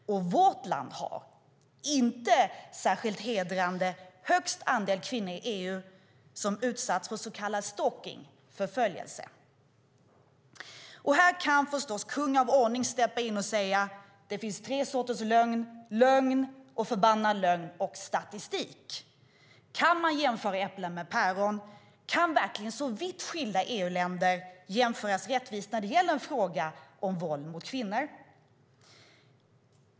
Och vårt land har, inte särskilt hedrande, högst andel kvinnor i EU som utsatts för så kallad stalking, förföljelse. Här kan förstås kung av ordning steppa in och säga att det finns tre sorters lögner: lögn, förbannad lögn och statistik. Kan man jämföra äpplen med päron? Kan verkligen vitt skilda EU-länder jämföras rättvist när det gäller en fråga om våld mot kvinnor?